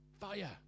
fire